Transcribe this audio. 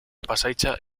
pasahitza